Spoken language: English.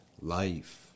life